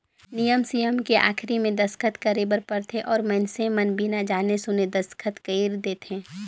नियम सियम के आखरी मे दस्खत करे बर परथे अउ मइनसे मन बिना जाने सुन देसखत कइर देंथे